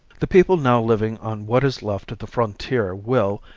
the people now living on what is left of the frontier will,